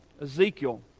Ezekiel